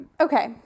Okay